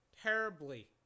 terribly